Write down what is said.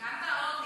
גם בעוני.